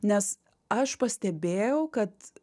nes aš pastebėjau kad